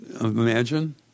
imagine